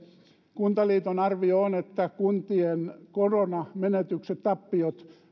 kuntaliiton arvio on että kuntien koronamenetykset tappiot